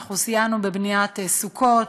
אנחנו סייענו בבניית סוכות,